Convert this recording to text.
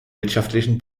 wirtschaftlichen